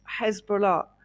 Hezbollah